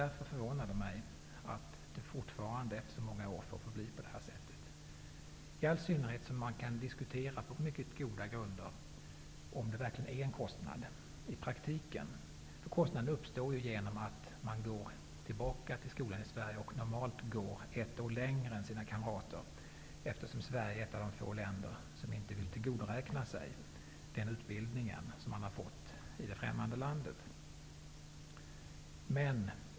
Därför förvånar det mig att det fortfarande efter så många år får förbli på detta sätt, i all synnerhet som man på mycket goda grunder kan diskutera om det i praktiken verkligen är en kostnad. Kostnaden uppstår genom att man när man går tillbaka till skolan i Sverige normalt går ett år längre än sina kamrater. Sverige är ju ett av de få länder som inte vill tillgodoräkna den utbildning man fått i det främmande landet.